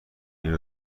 این